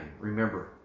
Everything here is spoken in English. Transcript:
Remember